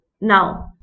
Now